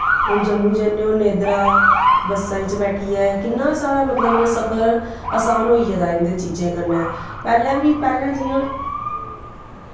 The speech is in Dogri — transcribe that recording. हून जम्मू जन्ने होन्ने इद्धरा बसें बिच्च बैठियै किन्ना साढ़ा मतलब इ'यां सफर आसान होई गेदा इं'दे चीजें कन्नै पैह्लें बी पैह्लें जि'यां